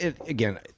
again